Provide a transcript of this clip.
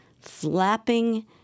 flapping